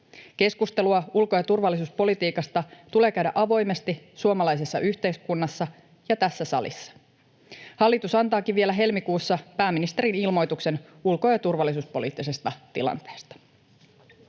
Keskustelua ulko- ja turvallisuuspolitiikasta tulee käydä avoimesti suomalaisessa yhteiskunnassa ja tässä salissa. Hallitus antaakin vielä helmikuussa pääministerin ilmoituksen ulko- ja turvallisuuspoliittisesta tilanteesta.